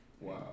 Wow